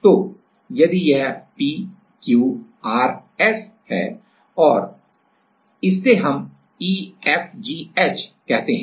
तो यदि यह P Q R S है और और इसे हम E F G H कहते हैं